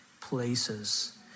places